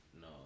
No